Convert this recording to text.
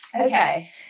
okay